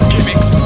Gimmicks